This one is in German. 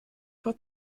vor